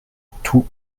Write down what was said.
tous